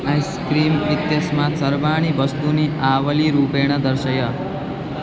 ice cream इत्यस्मात् सर्वाणि वस्तूनि आवलिरूपेण दर्शय